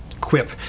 quip